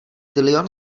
tilion